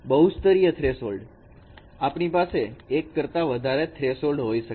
બહુસ્તરીય threshold આપણી પાસે એક કરતાં વધારે થ્રેશહોલ્ડ હોઈ શકે